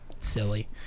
silly